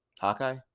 Hawkeye